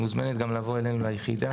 את גם מוזמנת לבוא אלינו ליחידה.